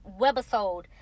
webisode